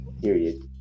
Period